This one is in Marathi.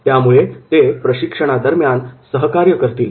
यामुळे ते प्रशिक्षणादरम्यान सहकार्य करतील